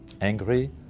angry